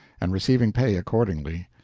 and receiving pay accordingly.